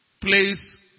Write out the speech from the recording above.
place